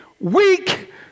weak